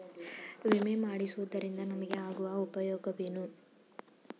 ವಿಮೆ ಮಾಡಿಸುವುದರಿಂದ ನಮಗೆ ಆಗುವ ಉಪಯೋಗವೇನು?